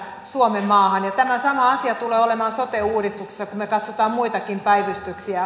tämä sama asia tulee olemaan sote uudistuksessa kun me katsomme muitakin päivystyksiä